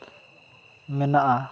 ᱢᱮᱱᱟᱜᱼᱟ